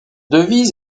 devise